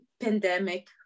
pandemic